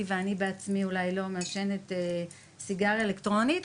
ואני בעצמי אולי לא מעשנת סיגריה אלקטרונית,